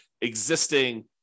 existing